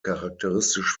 charakteristisch